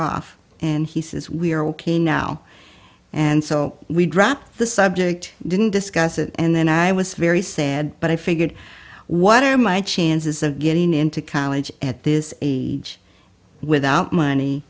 off and he says we are ok now and so we dropped the subject didn't discuss it and then i was very sad but i figured what are my chances of getting into college at this age without money